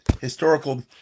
historical